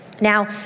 Now